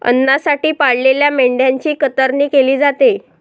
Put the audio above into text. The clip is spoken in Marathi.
अन्नासाठी पाळलेल्या मेंढ्यांची कतरणी केली जाते